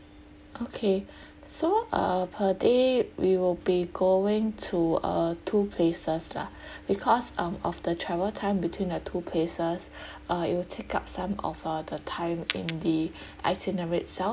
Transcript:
okay so uh per day we will be going to uh two places lah because um of the travel time between the two places uh it will take up some of uh the time in the itinerary itself